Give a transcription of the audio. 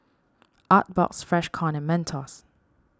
Artbox Freshkon and Mentos